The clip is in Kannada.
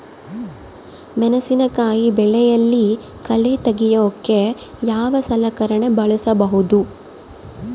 ಮೆಣಸಿನಕಾಯಿ ಬೆಳೆಯಲ್ಲಿ ಕಳೆ ತೆಗಿಯೋಕೆ ಯಾವ ಸಲಕರಣೆ ಬಳಸಬಹುದು?